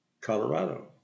Colorado